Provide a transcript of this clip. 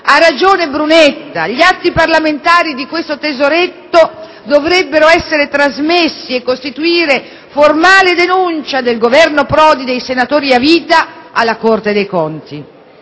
Ha ragione Brunetta: gli atti parlamentari su questo tesoretto dovrebbero essere trasmessi e costituire formale denuncia del Governo Prodi dei senatori a vita alla Corte dei conti.